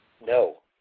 No